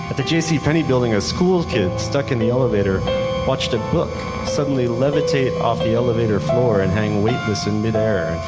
but the jc penney building, a school kid stuck in the elevator watched a book suddenly levitate off the elevator floor and hang weightless in mid-air,